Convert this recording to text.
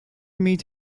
meet